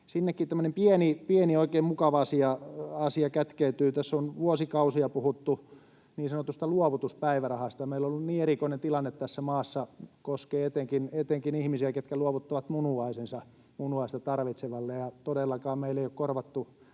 sinnekin tämmöinen pieni oikein mukava asia kätkeytyy. Tässä on vuosikausia puhuttu niin sanotusta luovutuspäivärahasta. Meillä on ollut niin erikoinen tilanne tässä maassa — koskee etenkin ihmisiä, ketkä luovuttavat munuaisensa munuaista tarvitsevalle — että todellakaan meillä ei ole korvattu